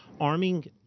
arming